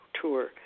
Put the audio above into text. tour